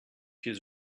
his